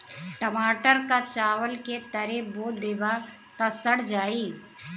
टमाटर क चावल के तरे बो देबा त सड़ जाई